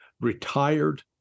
retired